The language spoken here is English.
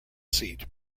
seat